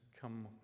come